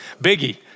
Biggie